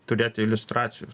turėti iliustracijų